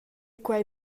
quei